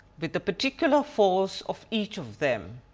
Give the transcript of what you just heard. with the particular force of each of them